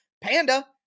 Panda